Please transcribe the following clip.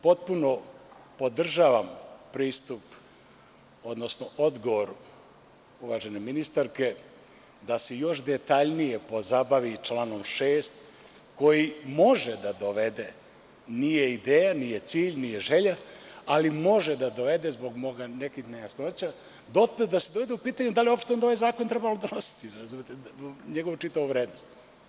Potpuno podržavam pristup, odnosno odgovor uvažene ministarke da se još detaljnije pozabavi članom 6, koji može da dovede, nije ideja, nije cilj, nije želja, ali može da dovede zbog nekih nejasnoća dotle da se dovede u pitanje da li uopšte onda ovaj zakon treba uprostiti, njegovu čitavu vrednost.